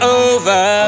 over